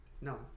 No